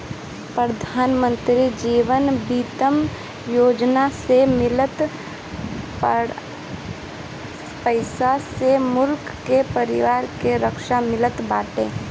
प्रधानमंत्री जीवन ज्योति बीमा योजना से मिलल पईसा से मृतक के परिवार के राहत मिलत बाटे